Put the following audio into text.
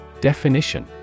Definition